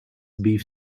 beef